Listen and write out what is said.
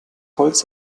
holz